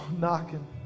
knocking